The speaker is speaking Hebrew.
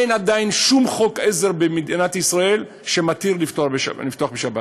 אין עדיין שום חוק עזר במדינת ישראל שמתיר לפתוח בשבת,